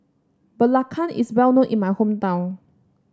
Belacan is well known in my hometown